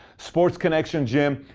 sports connection gym.